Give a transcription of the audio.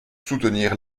soutenir